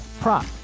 prop